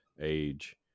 age